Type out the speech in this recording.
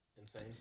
Insane